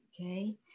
okay